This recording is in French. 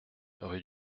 rue